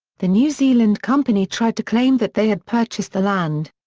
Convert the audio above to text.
the new zealand company tried to claim that they had purchased the land.